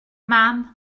mam